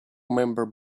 member